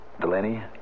Delaney